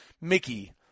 Mickey